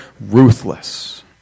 ruthless